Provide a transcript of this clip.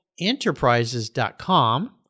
Enterprises.com